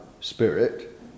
spirit